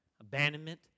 abandonment